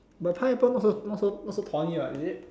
but pineapple not so not so not so thorny what is it